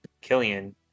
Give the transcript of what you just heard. Killian